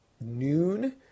noon